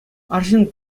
арҫын